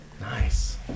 Nice